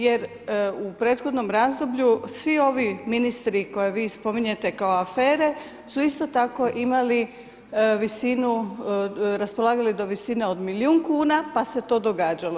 Jer u prethodnom razdoblju svi ovi ministri koje vi spominjete kao afere su isto tako imali visinu, raspolagali do visine od milijun kuna pa se to događalo.